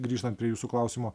grįžtant prie jūsų klausimo